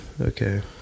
okay